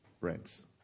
rents